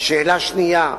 שאלה שנייה,